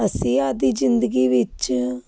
ਅਸੀਂ ਆਪਣੀ ਜ਼ਿੰਦਗੀ ਵਿੱਚ